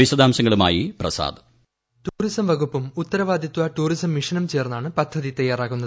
വിശദാംശങ്ങളുമായി Prasad voice tourism വകുപ്പും ഉത്തരവാദിത്ത ടൂറിസം മിഷനും ചേർന്നാണ് പദ്ധതി തയ്യാറാക്കുന്നത്